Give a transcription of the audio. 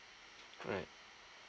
right